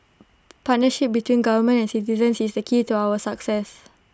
partnership between government and citizens is key to our success